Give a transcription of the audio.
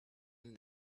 and